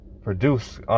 produce